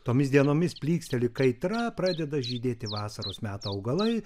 tomis dienomis plyksteli kaitra pradeda žydėti vasaros meto augalai